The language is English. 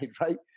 right